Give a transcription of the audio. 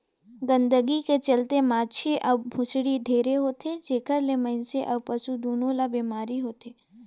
गंदगी के चलते माछी अउ भुसड़ी ढेरे होथे, जेखर ले मइनसे अउ पसु दूनों ल बेमारी होथे